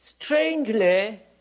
strangely